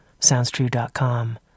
SoundsTrue.com